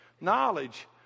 knowledge